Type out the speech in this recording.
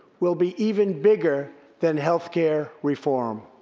will be even bigger than healthcare reform.